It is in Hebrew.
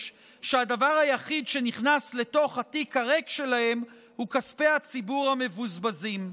שהדבר היחיד שנכנס לתוך התיק הריק שלהם הוא כספי הציבור המבוזבזים.